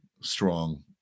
strong